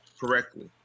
correctly